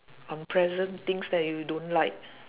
unpleasant things that you don't like